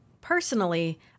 Personally